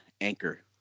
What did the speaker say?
Anchor